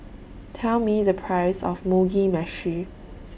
Tell Me The Price of Mugi Meshi